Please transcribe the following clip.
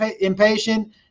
impatient